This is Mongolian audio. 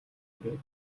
хүрээд